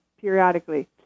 periodically